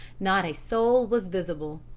not a soul was visible.